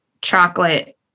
chocolate